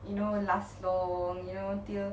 you know last long you know till